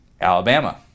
Alabama